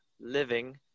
living